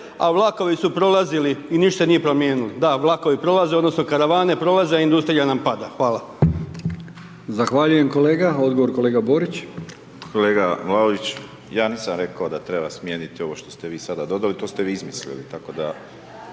a vlakovi su prolazili i ništa se nije promijenilo. Da, vlakovi prolaze, odnosno karavane prolaze a industrija nam pada. Hvala. **Brkić, Milijan (HDZ)** Zahvaljujem kolega. Odgovor kolega Borić. **Borić, Josip (HDZ)** Kolega Vlaović ja nisam rekao da treba smijeniti ovo što ste vi sada dodali, to ste vi izmislili